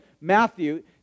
Matthew